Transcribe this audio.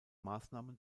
maßnahmen